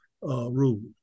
rules